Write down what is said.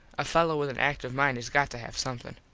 a fello with an active mind has got to have somethin.